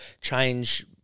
change